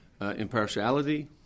impartiality